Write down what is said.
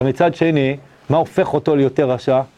ומצד שני, מה הופך אותו ליותר רשע?